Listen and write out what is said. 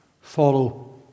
Follow